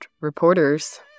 reporters